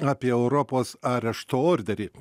apie europos arešto orderį